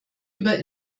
über